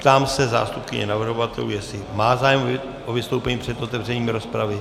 Ptám se zástupkyně navrhovatelů, jestli má zájem o vystoupení před otevřením rozpravy.